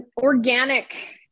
organic